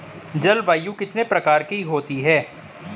जलवायु कितने प्रकार की होती हैं?